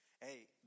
Hey